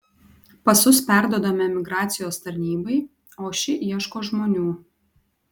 pasus perduodame migracijos tarnybai o ši ieško žmonių